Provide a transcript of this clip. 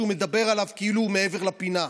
שהוא מדבר עליו כאילו הוא מעבר לפינה.